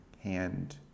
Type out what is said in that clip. hand